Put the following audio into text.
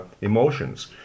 emotions